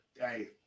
Hey